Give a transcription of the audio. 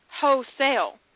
wholesale